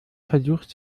versucht